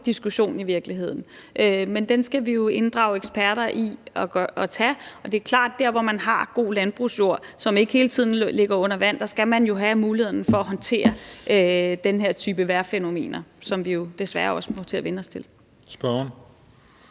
diskussion i virkeligheden. Men den skal vi jo inddrage eksperter i. Og det er klart, at der, hvor man har god landbrugsjord, som ikke hele tiden ligger under vand, skal man jo have muligheden for at håndtere den her type vejrfænomener, som vi jo desværre også må til at vænne os til. Kl.